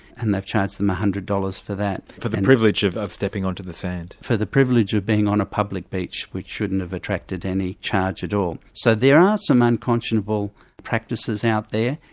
and they've charged them one hundred dollars for that. for the privilege of of stepping onto the sand? for the privilege of being on a public beach which shouldn't have attracted any charge at all. so there are some unconscionable practices out there,